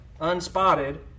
unspotted